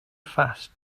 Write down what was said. fast